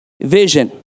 vision